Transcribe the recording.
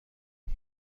این